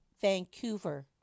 vancouver